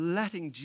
letting